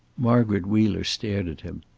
margaret wheeler stared at him.